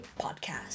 podcast